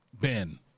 Ben